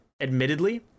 admittedly